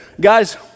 guys